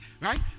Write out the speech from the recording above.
right